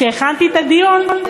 כשהכנתי את הדיון,